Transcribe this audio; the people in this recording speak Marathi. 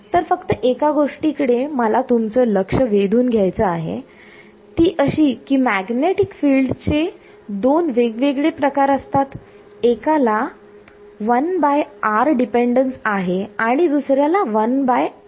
तर फक्त एका गोष्टीकडे मला तुमचं लक्ष वेधून घ्यायचा आहे ती अशी की मॅग्नेटिक फिल्ड चे दोन वेगवेगळे प्रकार असतात एकाला 1r डिपेंडन्स आहे आणि दुसऱ्याला डिपेंडन्स आहे